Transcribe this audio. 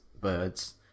birds